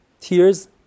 tears